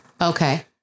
Okay